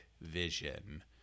vision